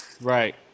right